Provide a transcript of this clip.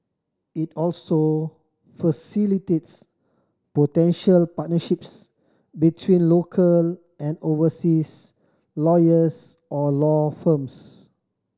it also facilitates potential partnerships between local and overseas lawyers or law firms